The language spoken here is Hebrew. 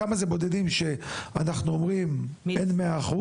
אם אנחנו אומרים שאין 100%,